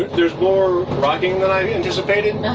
there's more rocking than i anticipated.